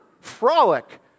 frolic